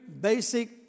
basic